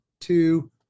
two